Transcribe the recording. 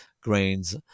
grains